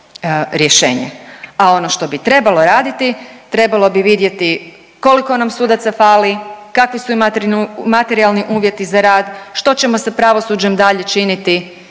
rješenje. A ono što bi trebalo raditi, trebalo bi vidjeti koliko nam sudaca fali, kakvi su materijalni uvjeti za rad, što ćemo sa pravosuđem dalje činiti,